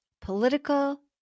political